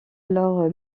alors